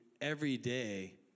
everyday